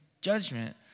judgment